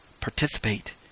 participate